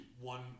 one